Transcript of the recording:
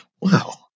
Wow